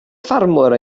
ffermwr